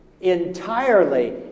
entirely